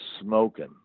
smoking